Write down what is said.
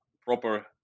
proper